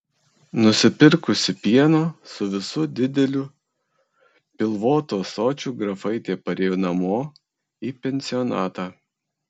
nusipirkusi pieno su visu dideliu pilvotu ąsočiu grafaitė parėjo namo į pensionatą